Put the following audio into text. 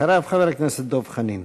אחריו, חבר הכנסת דב חנין.